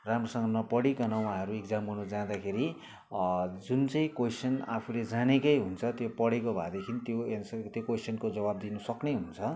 राम्रोसँग नपढिकन उहाँहरू इक्जाम गर्नु जाँदाखेरि जुन चाहिँ कोइसन आफूले जानेकै हुन्छ त्यो पढेको भएदेखि त्यो एन्सर त्यो कोइसनको जवाब दिनु सक्ने हुन्छ